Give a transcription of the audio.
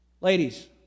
Ladies